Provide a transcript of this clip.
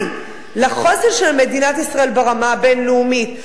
לחוסן של מדינת ישראל ברמה הבין-לאומית,